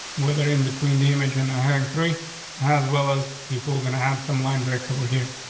whether in between the image and hearing three as well as if we're gonna have some line breaks over here.